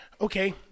okay